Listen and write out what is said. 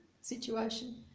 situation